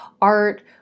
art